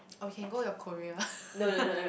or we can go your Korea